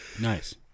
nice